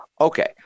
Okay